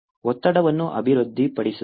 ಒತ್ತಡವನ್ನು ಅಭಿವೃದ್ಧಿಪಡಿಸುತ್ತದೆ